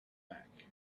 back